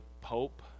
Pope